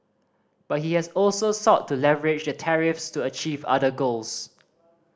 but he has also sought to leverage the tariffs to achieve other goals